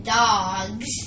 dogs